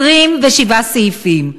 27 סעיפים,